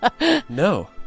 no